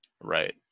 Right